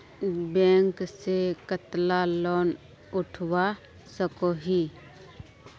Bank से कतला loan उठवा सकोही?